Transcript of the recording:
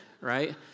right